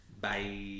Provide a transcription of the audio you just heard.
Bye